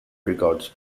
records